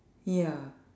ya